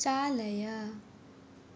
चालय